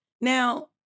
Now